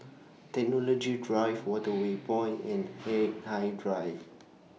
Technology Drive Waterway Point and Hindhede Drive